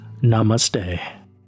Namaste